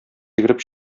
йөгереп